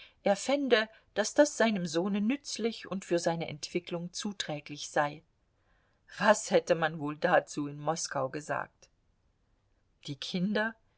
er fände daß das seinem sohne nützlich und für seine entwicklung zuträglich sei was hätte man wohl dazu in moskau gesagt die kinder